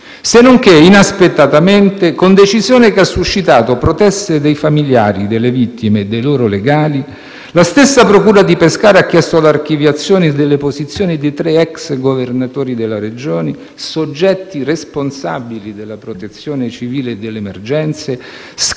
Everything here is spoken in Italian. se nonché inaspettatamente, con decisione che ha suscitato proteste dei familiari delle vittime e dei loro legali, la stessa procura di Pescara ha chiesto l'archiviazione delle posizioni dei tre ex governatori della Regione, soggetti responsabili della Protezione civile e delle emergenze, scaricando